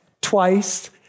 twice